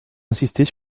insister